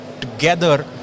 together